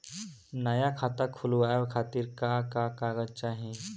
नया खाता खुलवाए खातिर का का कागज चाहीं?